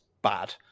bad